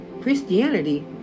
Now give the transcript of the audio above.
Christianity